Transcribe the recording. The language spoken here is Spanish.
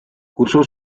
cursó